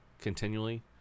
continually